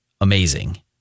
amazing –